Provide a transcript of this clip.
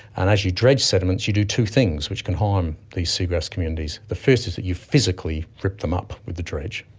and as you dredge sediments you do two things which can harm these seagrass communities. the first is that you physically rip them up with the dredge.